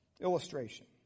illustration